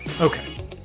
okay